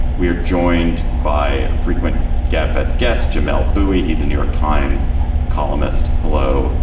we are joined by frequent gabfests guest jamelle bouie. he's a new york times columnist. hello,